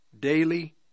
daily